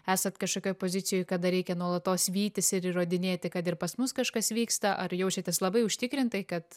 esat kažkokioj pozicijoj kada reikia nuolatos vytis ir įrodinėti kad ir pas mus kažkas vyksta ar jaučiatės labai užtikrintai kad